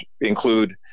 include